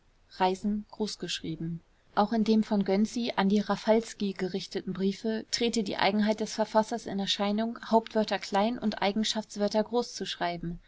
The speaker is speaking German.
reisen auch in dem von gönczi an die raffalski gerichteten briefe trete die eigenheit des verfassers in erscheinung hauptwörter klein und eigenschaftswörter groß zu schreiben